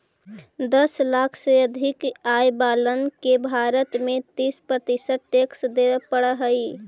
दस लाख से अधिक आय वालन के भारत में तीस प्रतिशत टैक्स देवे पड़ऽ हई